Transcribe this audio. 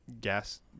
gas